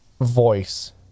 voice